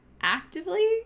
actively